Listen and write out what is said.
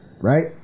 right